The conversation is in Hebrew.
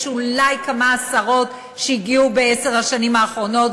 יש אולי כמה עשרות שהגיעו בעשר השנים האחרונות,